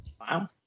Wow